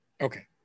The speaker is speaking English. Okay